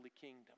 kingdom